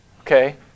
okay